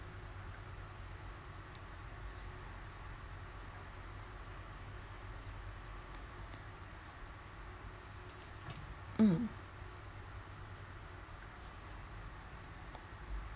mm